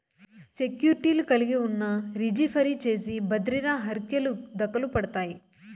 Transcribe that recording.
సెక్యూర్టీలు కలిగున్నా, రిజీ ఫరీ చేసి బద్రిర హర్కెలు దకలుపడతాయి